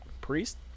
priest